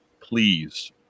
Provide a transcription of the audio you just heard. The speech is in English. please